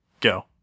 go